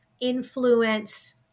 influence